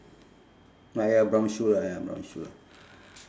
ah ya brown shoe lah ya brown shoe lah